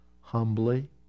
humbly